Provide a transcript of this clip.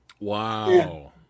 Wow